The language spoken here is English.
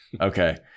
okay